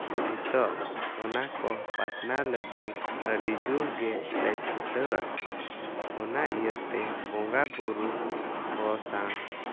ᱱᱤᱛᱳᱜ ᱚᱱᱟ ᱠᱚ ᱯᱟᱥᱱᱟᱣ ᱞᱟᱹᱜᱤᱫ ᱟᱹᱰᱤ ᱡᱳᱨ ᱜᱮ ᱞᱮ ᱪᱷᱩᱴᱟᱹᱣᱟᱠᱟᱱᱟ ᱚᱱᱟ ᱤᱭᱟᱹ ᱛᱮ ᱵᱚᱸᱜᱟ ᱵᱳᱨᱳ ᱠᱚ ᱥᱟᱶ